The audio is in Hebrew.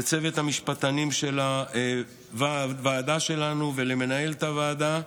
לצוות המשפטנים של הוועדה שלנו ולמנהלת הוועדה,